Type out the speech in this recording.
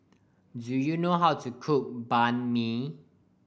do you know how to cook Banh Mi